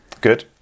good